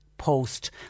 post